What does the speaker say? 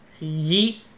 yeet